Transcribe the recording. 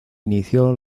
inició